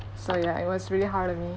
so ya it was really hard on me